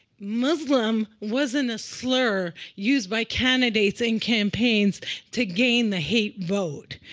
muslim wasn't a slur used by candidates and campaigns to gain the hate vote.